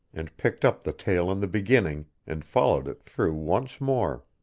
and picked up the tale in the beginning, and followed it through once more.